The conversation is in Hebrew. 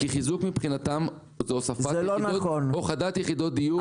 -- כי חיזוק מבחינתם זה הוספת יחידות דיור.